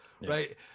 right